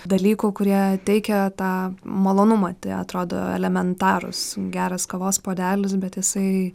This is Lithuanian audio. dalykų kurie teikia tą malonumą tai atrodo elementarūs geras kavos puodelis bet jisai